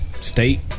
state